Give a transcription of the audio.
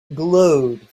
glowed